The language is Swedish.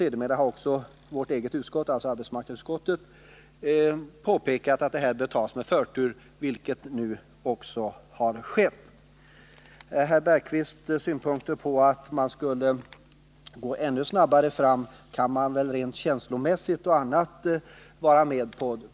Sedermera har också arbetsmarknadsutskottet påpekat att denna fråga bör tas med förtur, vilket nu också har skett. synpunkter att vi skulle gå ännu snabbare fram kan man känslomässigt instämma i.